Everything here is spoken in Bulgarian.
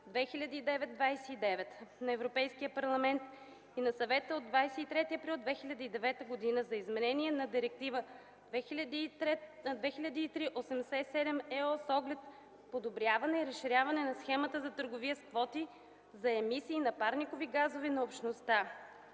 2009/29/ЕО на Европейския парламент и на Съвета от 23 април 2009 г. за изменение на Директива 2003/87/ЕО с оглед подобряване и разширяване на схемата за търговия с квоти за емисии на парникови газове на Общността,